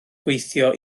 gweithio